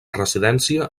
residència